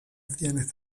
avviene